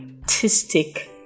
Artistic